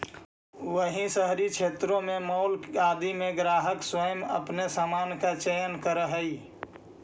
वहीं शहरी क्षेत्रों में मॉल इत्यादि में ग्राहक स्वयं अपने सामान का चयन करअ हई